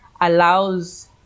allows